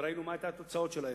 וראינו מה היו התוצאות של זה.